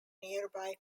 nearby